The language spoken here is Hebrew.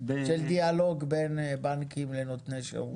של דיאלוג בין בנקים לנותני שירות.